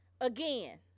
Again